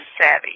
savvy